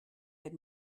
had